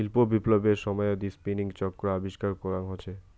শিল্প বিপ্লবের সময়ত স্পিনিং চক্র আবিষ্কার করাং হসে